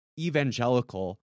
evangelical